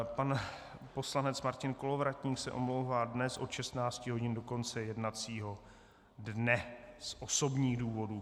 Pan poslanec Martin Kolovratník se omlouvá dnes od 16 hodin do konce jednacího dne z osobních důvodů.